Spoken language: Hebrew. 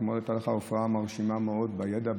אתמול הייתה לך הופעה מרשימה מאוד בידע,